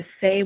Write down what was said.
say